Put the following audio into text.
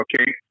okay